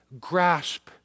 grasp